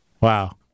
wow